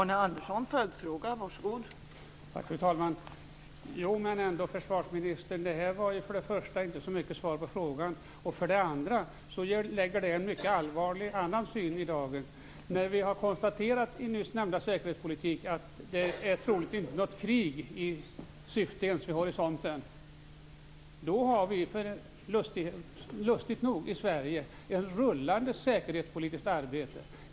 Fru talman! Det här var inte så mycket till svar på frågan, försvarsministern. Dessutom lägger det en annan mycket allvarlig syn i dagen. I nyss nämnda säkerhetspolitik har konstaterats att det troligen inte är något krig i sikte ens vid horisonten. Men lustigt nog har vi ett rullande säkerhetspolitiskt arbete i Sverige.